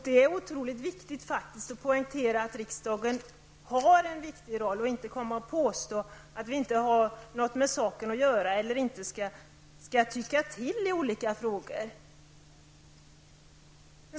Det är angeläget att poängtera att riksdagen har en viktig roll i stället för att komma och påstå att vi inte har något med saken att göra eller att vi inte skall tycka till i olika frågor.